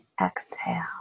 exhale